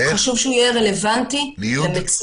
חשוב שהוא יהיה רלוונטי למציאות.